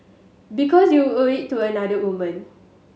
because you owe it to another women